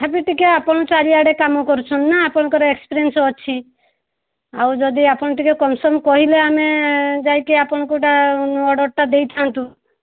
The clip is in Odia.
ତଥାପି ଟିକିଏ ଆପଣ ଚାରିଆଡ଼େ କାମ କରୁଛନ୍ତି ନା ଆପଣଙ୍କର ଏକ୍ସପିରିଏନ୍ସ ଅଛି ଆଉ ଯଦି ଆପଣ ଟିକିଏ କମିସନ୍ କହିଲେ ଆମେ ଯାଇକି ଆପଣଙ୍କୁ ଏଇଟା ଅର୍ଡ଼ରଟା ଦେଇଥାନ୍ତୁ